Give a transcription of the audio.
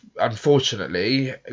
unfortunately